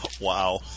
wow